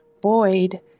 Boyd